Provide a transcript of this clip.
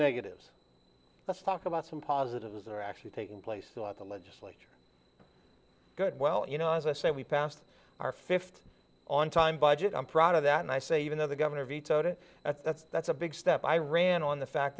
negatives let's talk about some positives that are actually taking place throughout the legislature good well you know as i say we passed our fifth on time budget i'm proud of that and i say even though the governor vetoed it that's that's that's a big step i ran on the fact